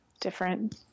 different